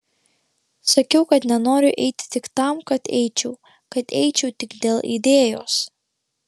sakiau kad nenoriu eiti tik tam kad eičiau kad eičiau tik dėl idėjos